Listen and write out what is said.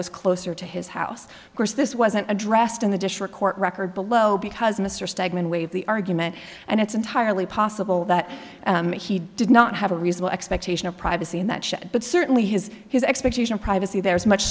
was closer to his house of course this wasn't addressed in the district court record below because mr steadman waived the argument and it's entirely possible that he did not have a reasonable expectation of privacy in that shot but certainly his his expectation of privacy there is much